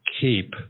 keep